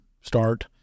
start